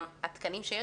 גם התקנים שיש,